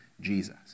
Jesus